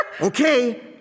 Okay